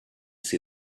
see